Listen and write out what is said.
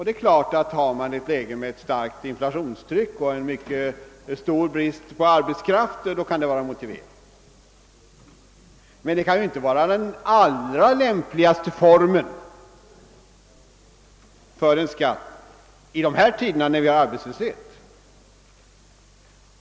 Det är klart att har man ett läge med inflationstryck och en stor brist på arbetskraft kan det vara motiverat. Men det kan ju inte vara den allra lämpligaste formen för en skatt i dessa tider när vi har arbetslöshet.